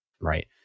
right